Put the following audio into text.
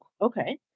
okay